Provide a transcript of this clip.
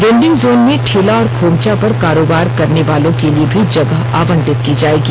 vending zone में ठेला और खोमचा पर कारोबार करने वालों के लिए भी जगह आवंटित की जाएगी